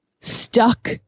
stuck